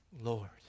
Lord